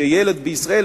שילד בישראל,